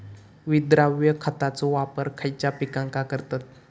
विद्राव्य खताचो वापर खयच्या पिकांका करतत?